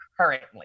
Currently